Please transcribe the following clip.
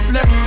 Left